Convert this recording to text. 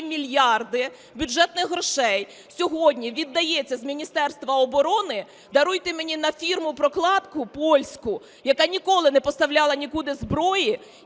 мільярди бюджетних грошей сьогодні віддається з Міністерства оборони, даруйте мені, на фірму-прокладку польську, яка ніколи не поставляла нікуди зброї